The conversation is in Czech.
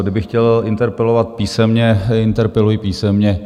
Kdybych chtěl interpelovat písemně, interpeluji písemně.